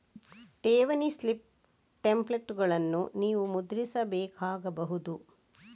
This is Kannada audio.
ಠೇವಣಿ ಸ್ಲಿಪ್ ಟೆಂಪ್ಲೇಟುಗಳನ್ನು ನೀವು ಮುದ್ರಿಸಬೇಕಾಗಬಹುದು